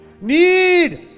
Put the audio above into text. Need